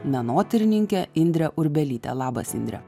menotyrininkę indrę urbelytę labas indre